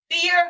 Fear